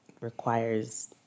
requires